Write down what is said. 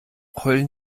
heulen